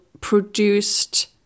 produced